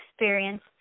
experience